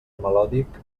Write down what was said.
melòdic